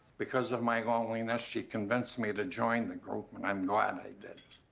because of my loneliness, she convinced me to join the group, and i'm glad i did.